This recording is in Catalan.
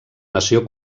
nació